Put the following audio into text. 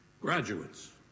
Graduates